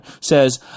says